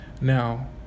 Now